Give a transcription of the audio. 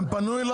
הם לא פנו.